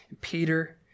Peter